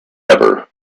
ever